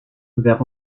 vers